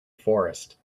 forest